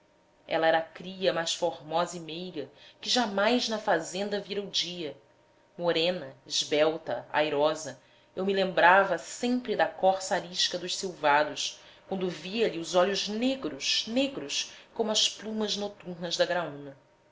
ela era a cria mais formosa e meiga que jamais na fazenda vira o dia morena esbelta airosa eu me lembrava sempre da corça arisca dos silvados quando via-lhe os olhos negros negros como as plumas noturnas da graúna